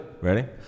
Ready